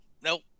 nope